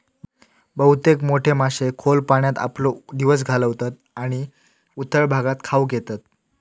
बहुतेक मोठे मासे खोल पाण्यात आपलो दिवस घालवतत आणि उथळ भागात खाऊक येतत